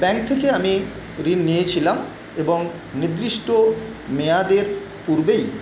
bank থেকে আমি ঋণ নিয়েছিলাম এবং নির্দিষ্ট মেয়াদের পূর্বেই